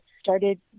started